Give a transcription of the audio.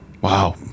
Wow